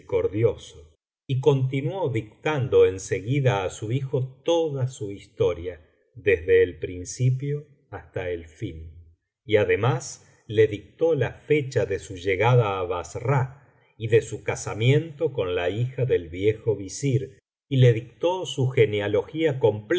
misericordioso y continuó dictando en seguida á su hijo toda su historia desde el principio hasta el fin y además le dictó la fecha de su llegada á bassra y de su casamiento con la hija del viejo visir y le dicto su genealogía